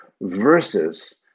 versus